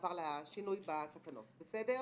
מעבר לשינוי בתקנות, בסדר?